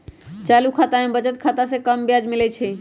चालू खता में बचत खता से कम ब्याज मिलइ छइ